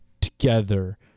together